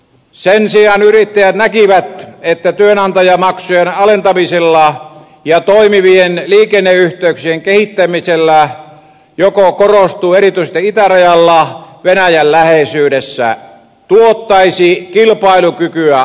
sen sijaan yrittäjät näkivät että työnantajamaksujen alentamisella ja toimivien liikenneyhteyksien kehittämisellä joka korostuu erityisesti itärajalla venäjän läheisyydessä tuotettaisiin kilpailukykyä alueelle